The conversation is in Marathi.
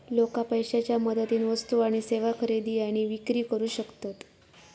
लोका पैशाच्या मदतीन वस्तू आणि सेवा खरेदी आणि विक्री करू शकतत